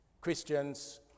Christians